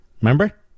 Remember